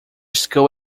school